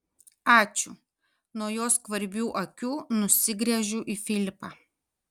ačiū nuo jo skvarbių akių nusigręžiu į filipą